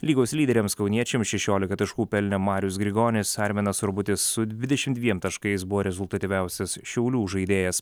lygos lyderiams kauniečiams šešiolika taškų pelnė marius grigonis arminas urbutis su dvidešimt dviem taškais buvo rezultatyviausias šiaulių žaidėjas